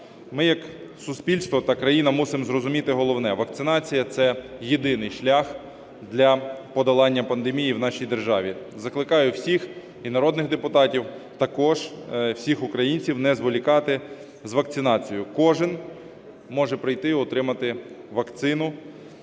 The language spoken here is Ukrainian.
Ми як суспільство та країна мусимо зрозуміти головне: вакцинація – це єдиний шлях для подолання пандемії в нашій державі. Закликаю всіх і народних депутатів також, всіх українців не зволікати з вакцинацією. Кожен може прийти і отримати вакцину,